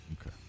Okay